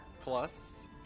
Plus